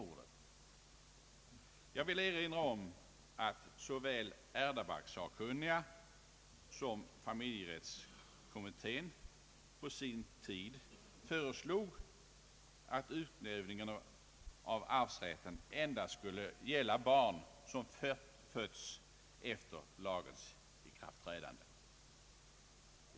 Jag vill erinra om att såväl ärvdabalkssakkunniga som familjerättskommittén på sin tid föreslog att utvidgning av arvsrätten endast skulle gälla barn som fötts efter lagens ikraftträdande.